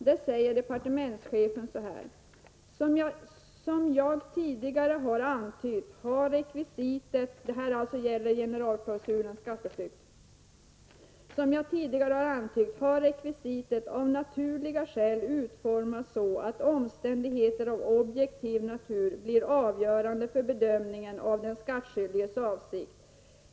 Där säger departementschefen om generalklausulen mot skatteflykt: Som jag tidigare har antytt har rekvisitet av naturliga skäl utformats så att omständigheter av objektiv natur blir avgörande för bedömningen av den skattskyldiges avsikter.